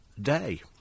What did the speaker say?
day